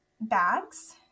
bags